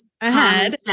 ahead